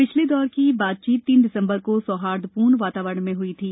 पिछले दौर की बातचीत तीन दिसम्बर को सौहार्दपूर्ण और वातावरण में हुई थी